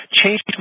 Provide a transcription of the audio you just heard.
change